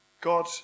God